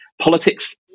politics